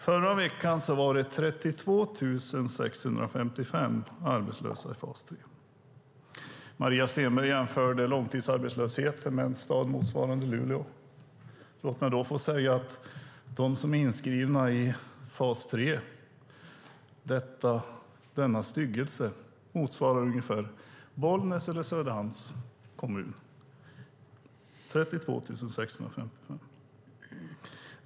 Förra veckan var det 32 655 arbetslösa i fas 3. Maria Stenberg jämförde antalet långtidsarbetslösa med invånarantalet i en stad motsvarande Luleå. Låt mig då få säga att antalet som är inskrivna i fas 3, denna styggelse, motsvarar ungefär invånarantalet i Bollnäs eller Söderhamns kommun - 32 655.